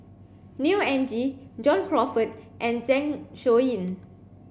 Neo Anngee John Crawfurd and Zeng Shouyin